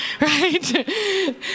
right